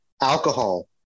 Alcohol